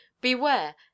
beware